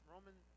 Roman